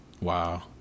wow